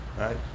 right